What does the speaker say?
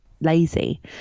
lazy